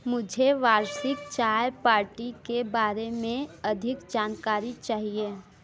मुझे वार्षिक चाय पार्टी के बारे में अधिक जानकारी चाहिए